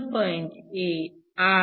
8 0